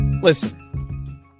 Listen